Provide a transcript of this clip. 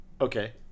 okay